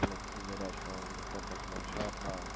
मिगी जेह्का शौक हा ओह् बचपन शा गै हा